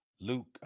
Luke